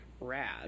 rad